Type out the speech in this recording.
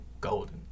golden